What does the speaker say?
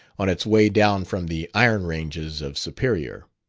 on its way down from the iron-ranges of superior.